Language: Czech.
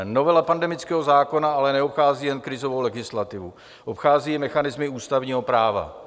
Novela pandemického zákona ale neobchází jen krizovou legislativu, obchází i mechanismy ústavního práva.